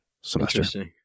semester